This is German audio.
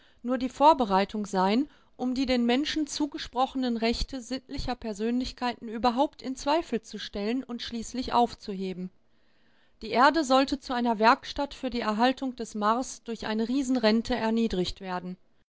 nur die vorbereitung sein um die den menschen zugesprochenen rechte sittlicher persönlichkeiten überhaupt in zweifel zu stellen und schließlich aufzuheben die erde sollte zu einer werkstatt für die erhaltung des mars durch eine riesenrente erniedrigt werden